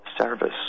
service